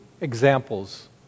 examples